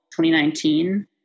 2019